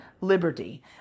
liberty